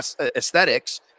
aesthetics